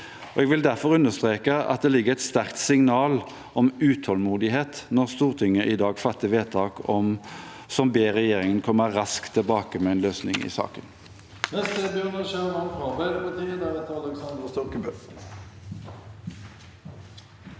Jeg vil derfor understreke at det foreligger et sterkt signal om utålmodighet når Stortinget i dag fatter et vedtak som ber regjeringen komme raskt tilbake med en løsning i saken.